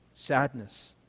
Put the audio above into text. Sadness